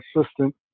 assistant